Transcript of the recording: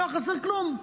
לא היה חסר כלום.